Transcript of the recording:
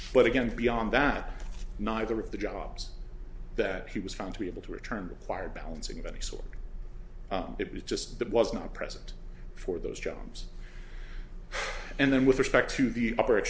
but again beyond that neither of the jobs that he was found to be able to return require balancing of any sort it was just that was not present for those jones and them with respect to the upper